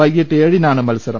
വൈകീട്ട് ഏഴിനാണ് മത്സരം